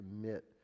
commit